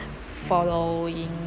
following